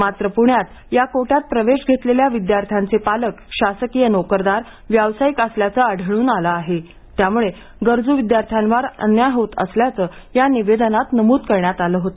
मात्र पूण्यात या कोट्यात प्रवेश घेतलेले विद्यार्थ्यांचे पालक शासकीय नोकरदार व्यावसायिक असल्याचे आढळून आले आहे त्यामुळे गरजू विद्यार्थ्यांवर अन्याय होत असल्याचे या निवेदनात नमूद करण्यात आले होते